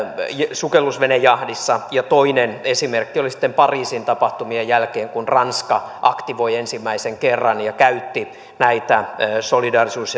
sukellusvenejahdissa toinen esimerkki oli sitten pariisin tapahtumien jälkeen kun ranska aktivoi ensimmäisen kerran ja käytti näitä solidaarisuus